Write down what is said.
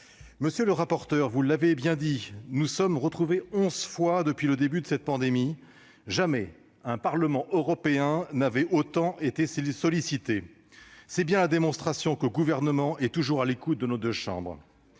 M. le rapporteur, nous nous sommes retrouvés onze fois depuis le début de cette pandémie. Jamais un parlement en Europe n'a été autant sollicité ! C'est bien la démonstration que le Gouvernement est toujours à l'écoute de nos deux chambres.